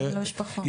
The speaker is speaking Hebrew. למשפחות, התכוונת.